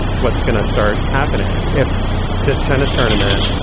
what's going to start happening if this tennis tournament,